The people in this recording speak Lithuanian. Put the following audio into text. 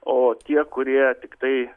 o tie kurie tiktai